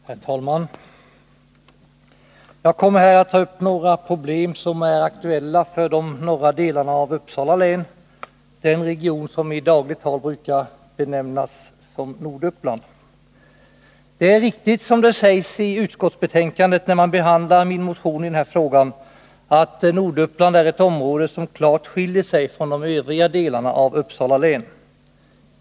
Herr talman! Jag kommer här att ta upp några problem som är aktuella för de norra delarna av Uppsala län, den region som i dagligt tal brukar benämnas Norduppland. Det som sägs i utskottsbetänkandet med anledning av min motion i den här frågan är riktigt, nämligen att Norduppland är ett område som klart skiljer sig från de övriga delarna av Uppsala län.